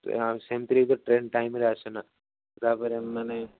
ଆଉ ସେମିତିରେ ବି ତ ଟ୍ରେନ୍ ଟାଇମ୍ରେ ଆସେନା ତାପରେ ମାନେ